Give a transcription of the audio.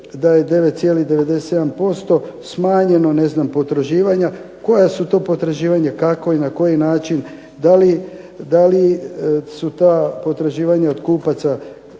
da je 9,97% smanjeno ne znam potraživanja, koja su to potraživanja, kako i na koji način, da li su ta potraživanja od kupaca